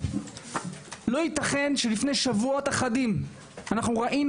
לא ייתכן שלפני שבועות אחדים אנחנו ראינו